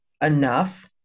enough